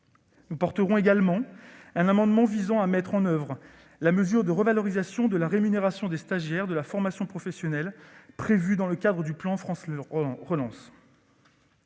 Nous défendrons également un amendement visant à mettre en oeuvre la mesure de revalorisation de la rémunération des stagiaires de la formation professionnelle prévue dans le cadre du plan France Relance.